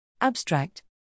Abstract